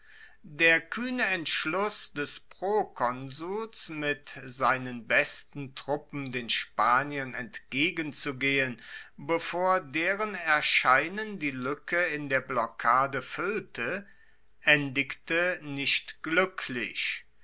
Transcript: der kuehne entschluss des prokonsuls mit seinen besten truppen den spaniern entgegenzugehen bevor deren erscheinen die luecke in der blockade fuellte endigte nicht gluecklich